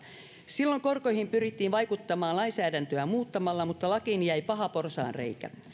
silloin korkoihin pyrittiin vaikuttamaan lainsäädäntöä muuttamalla mutta lakiin jäi paha porsaanreikä